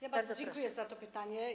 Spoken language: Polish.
Ja bardzo dziękuję za to pytanie.